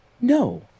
No